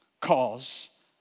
cause